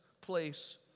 place